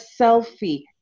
selfie